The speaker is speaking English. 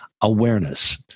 awareness